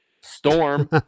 storm